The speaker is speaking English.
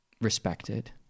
respected